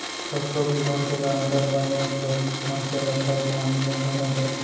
कखरो भी लोन के गारंटर बने बर मनसे ल फट ले हामी नइ भरना चाही